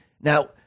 Now